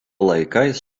laikais